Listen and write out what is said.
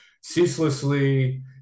ceaselessly